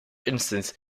instance